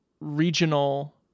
Regional